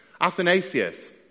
Athanasius